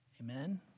Amen